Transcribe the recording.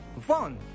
fun